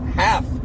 half